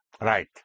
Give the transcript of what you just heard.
Right